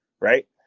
right